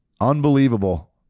Unbelievable